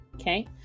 okay